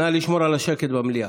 נא לשמור על השקט במליאה.